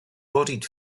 bodied